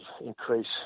increase